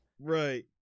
right